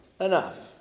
Enough